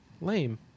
Lame